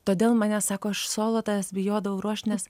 todėl mane sako aš solo tavęs bijodavau ruošt